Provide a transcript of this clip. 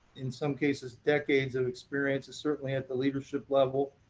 in some cases decades of experience, certainly at the leadership level,